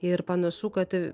ir panašu kad